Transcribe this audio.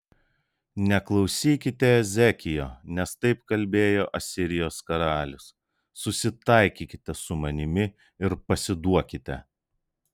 neklausykite ezekijo nes taip kalbėjo asirijos karalius susitaikykite su manimi ir pasiduokite